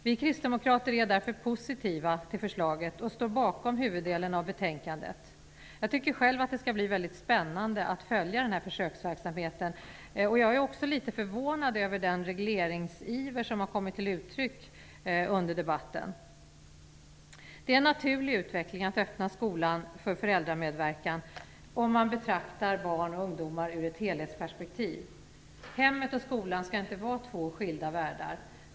Vi kristdemokrater är därför positiva till förslaget och står bakom huvuddelen av betänkandet. Jag tycker själv att det skall bli väldigt spännande att följa försöksverksamheten. Jag är också litet förvånad över den regleringsiver som har kommit till uttryck under debatten. Det är en naturlig utveckling att öppna skolan för föräldramedverkan om man betraktar barn och ungdomar ur ett helhetsperspektiv. Hemmet och skolan skall inte vara två skilda världar.